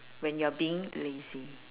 when you're being lazy